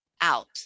out